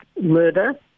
murder